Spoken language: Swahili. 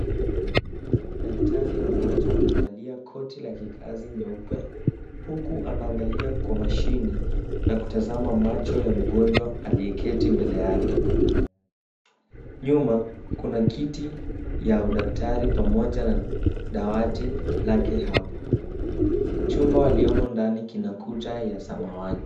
Daktari wa macho amevalia koti la kikazi nyeupe huku anaangalia kwa mashini na kutazama macho ya mgonjwa aliyeketi mbele yake. Nyuma kuna kiti ya udaktari pamoja na dawati lake hapo. Chumba waliomo ndani kina kuta ya samawati.